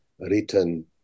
written